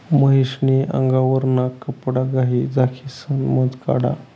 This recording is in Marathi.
महेश नी आगवरना कपडाघाई झाकिसन मध काढा